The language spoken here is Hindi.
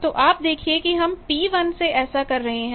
तो आप देखिए किहम P1 से ऐसा कर रहे हैं